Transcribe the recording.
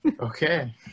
Okay